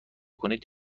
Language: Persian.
کنید